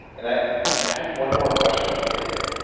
and i have one more question for you,